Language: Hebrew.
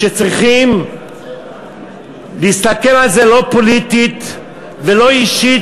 שצריכים להסתכל על זה לא פוליטית ולא אישית,